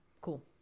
Cool